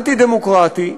אנטי-דמוקרטי,